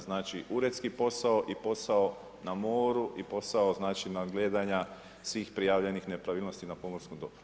Znači uredski posao i posao na moru i posao nadgledanja svih prijavljenih nepravilnosti na pomorskom dobru.